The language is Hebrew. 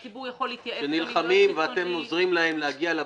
הציבור יכול להתייעץ --- אתם נלחמים ואתם עוזרים להם להגיע לבנקים,